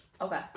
Okay